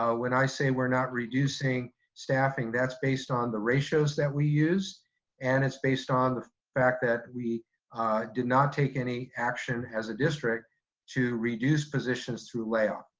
ah when i say we're not reducing staffing, that's based on the ratios that we use and it's based on the fact that we did not take any action as a district to reduce positions through layoffs.